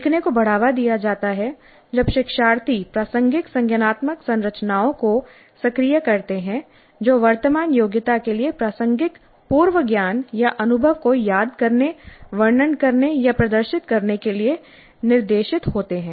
सीखने को बढ़ावा दिया जाता है जब शिक्षार्थी प्रासंगिक संज्ञानात्मक संरचनाओं को सक्रिय करते हैं जो वर्तमान योग्यता के लिए प्रासंगिक पूर्व ज्ञान या अनुभव को याद करने वर्णन करने या प्रदर्शित करने के लिए निर्देशित होते हैं